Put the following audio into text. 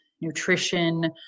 nutrition